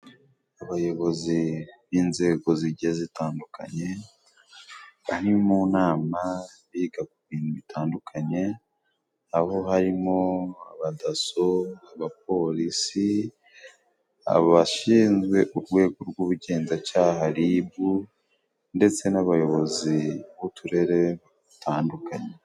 Abayobozi b'inzego zigize zitandukanye, bari mu nama biga ku bintu bitandukanye. Abo harimo abadaso abapolisi abashinzwe urwego rw'ubugenzacyaha ribu ndetse n'abayobozi b'uturere batandukanye.